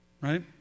right